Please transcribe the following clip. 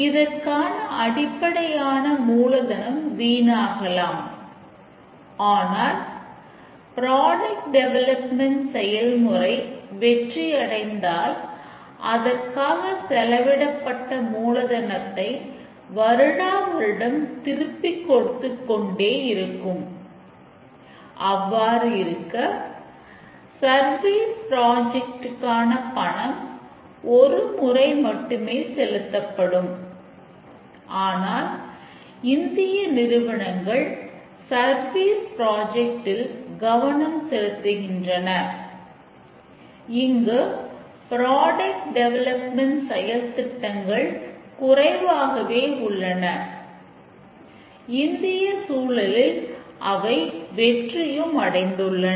அதற்கான காரணங்கள் product development சூழலில் அவை வெற்றியும் அடைந்துள்ளன